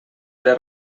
era